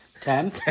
Ten